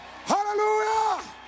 Hallelujah